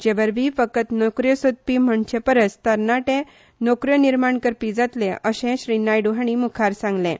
जे वरवीं फकत नोकऱ्यो सोदपी म्हणचे परस तरणाटे नोकऱ्यो निर्माण करपी जातले अशें नायडू हांणी मुखार सांगलें